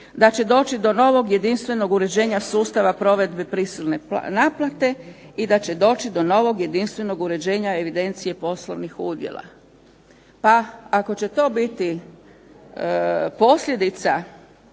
da će doći do novog jedinstvenog uređenja sustava provedbe prisilne naplate i da će doći do novog jedinstvenog uređenja evidencije poslovnih udjela. Pa ako će to biti posljedica